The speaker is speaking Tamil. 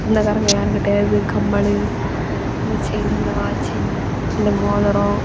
சொந்தகாரங்க யார்கிட்டையாவது கம்மலு இந்த செயினு இந்த வாட்ச்சி இந்த இந்த மோதிரம்